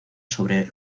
sobre